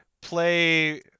play